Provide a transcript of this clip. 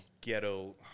ghetto